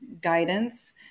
guidance